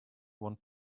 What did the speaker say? want